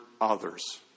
Others